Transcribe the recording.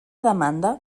demanda